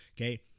okay